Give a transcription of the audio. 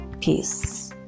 peace